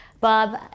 Bob